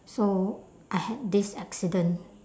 so I had this accident